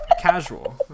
Casual